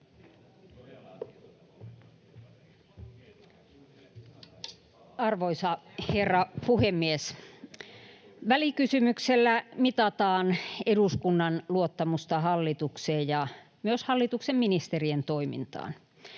Arvoisa herra puhemies! Välikysymyksellä mitataan eduskunnan luottamusta hallitukseen ja myös hallituksen ministerien toimintaan.